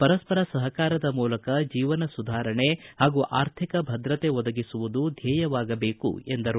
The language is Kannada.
ಪರಸ್ಪರ ಸಹಕಾರದ ಮೂಲಕ ಜೀವನ ಸುಧಾರಣೆ ಹಾಗೂ ಆರ್ಥಿಕ ಭದ್ರತೆ ಒದಗಿಸುವುದು ಧ್ವೇಯವಾಗಬೇಕು ಎಂದರು